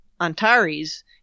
Antares